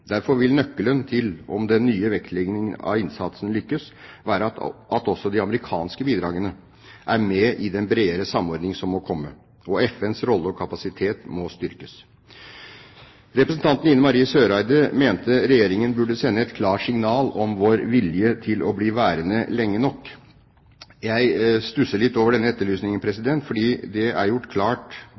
Derfor vil nøkkelen til at den nye vektleggingen av innsatsen lykkes, være at også de amerikanske bidragene er med i den bredere samordning som må komme. FNs rolle og kapasitet må også styrkes. Representanten Ine Marie Eriksen Søreide mente Regjeringen burde sende et klart signal om vår vilje til å bli værende lenge nok. Jeg stusser litt over denne etterlysningen, fordi dette gjentatte ganger er gjort klart